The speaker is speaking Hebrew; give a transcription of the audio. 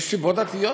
יש סיבות דתיות.